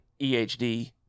ehd